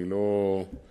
ואני לא אחזור.